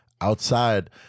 outside